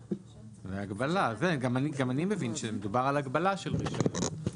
זה הגבלה, גם אני מבין שמדובר על הגבלה של רישיון.